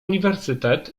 uniwersytet